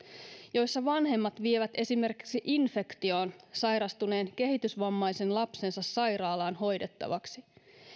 joissa vanhemmat vievät esimerkiksi infektioon sairastuneen kehitysvammaisen lapsensa sairaalaan hoidettavaksi